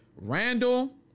Randall